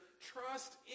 trust